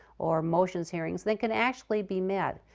or motions hearings. they can actually be met.